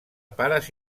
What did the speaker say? pares